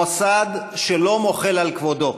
מוסד שאינו מוחל על כבודו,